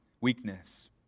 weakness